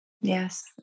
Yes